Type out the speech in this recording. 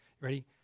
Ready